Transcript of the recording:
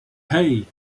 hey